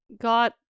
got